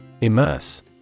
Immerse